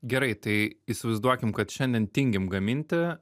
gerai tai įsivaizduokim kad šiandien tingim gaminti